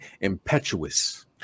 impetuous